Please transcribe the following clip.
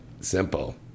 simple